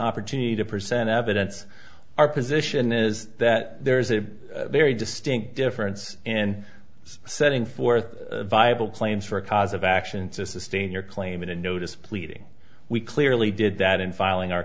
opportunity to present evidence our position is that there is a very distinct difference in setting forth a viable claims for a cause of action to sustain your claim in a notice pleading we clearly did that in filing our